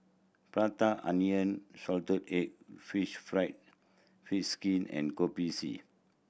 Prata Onion salted egg fish fried fish skin and Kopi C